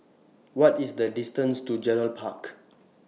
What IS The distance to Gerald Park